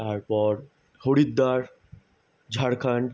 তারপর হরিদ্বার ঝাড়খন্ড